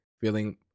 feeling